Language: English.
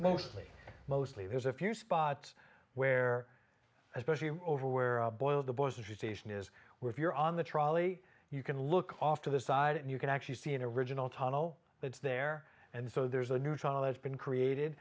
mostly mostly there's a few spots where especially over where boiled the boys appreciation is where if you're on the trolley you can look off to the side and you can actually see an original tunnel that is there and so there's a new trial has been created